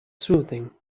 soothing